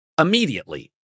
immediately